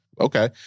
okay